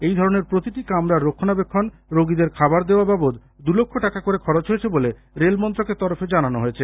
এই ধরনের প্রতিটি কামরার রক্ষণাবেক্ষণ রোগীদের খাবার দেওয়া বাবদ দুই লক্ষ টাকা করে খরচ হয়েছে বলে রেল মন্ত্রকের তরফে জানান হয়েছে